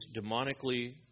demonically